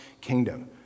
kingdom